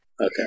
Okay